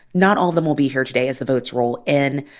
not all of them will be here today as the votes roll in.